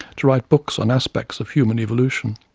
to write books on aspects of human evolution.